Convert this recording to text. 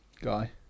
guy